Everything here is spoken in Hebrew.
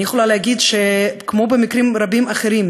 אני יכולה להגיד שכמו במקרים רבים אחרים,